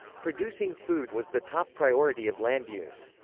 producing food was the top priority of land use.